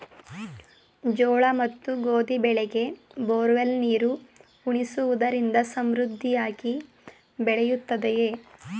ಜೋಳ ಮತ್ತು ಗೋಧಿ ಬೆಳೆಗೆ ಬೋರ್ವೆಲ್ ನೀರು ಉಣಿಸುವುದರಿಂದ ಸಮೃದ್ಧಿಯಾಗಿ ಬೆಳೆಯುತ್ತದೆಯೇ?